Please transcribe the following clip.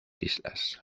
islas